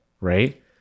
right